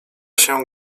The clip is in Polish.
się